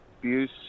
abuse